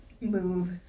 move